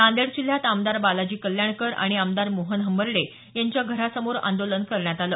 नांदेड जिल्ह्यात आमदार बालाजी कल्याणकर आणि आमदार मोहनराव हंबर्डे यांच्या घरासमोर आंदोलन करण्यात आलं